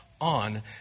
on